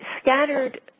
scattered